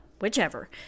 whichever